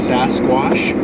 Sasquatch